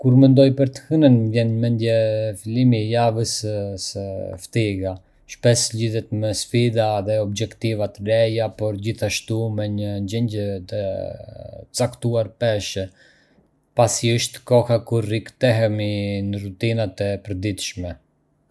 Kur mendoj për të hënën, më vjen në mendje fillimi i javës së ftiga Shpesh lidhet me sfida dhe objektiva të reja, por gjithashtu me një ndjenjë të caktuar peshe, pasi është koha kur rikthehemi në rutinat e përditshme.